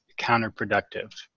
counterproductive